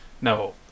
No